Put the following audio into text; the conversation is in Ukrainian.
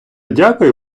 дякую